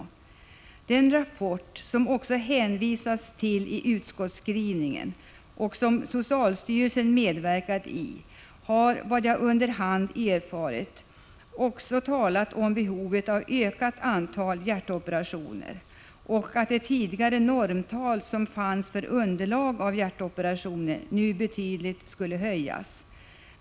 I den rapport som man hänvisar till i utskottsskrivningen och som socialstyrelsen medverkat till talas, enligt vad jag under hand erfarit, också om behovet av ökat antal hjärtoperationer och att det tidigare normtalet för underlag av hjärtoperationer nu betydligt skulle höjas.